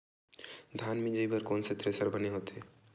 धान मिंजई बर कोन से थ्रेसर बने होथे?